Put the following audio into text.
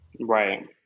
Right